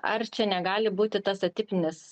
ar čia negali būti tas atipinis